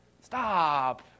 Stop